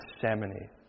Gethsemane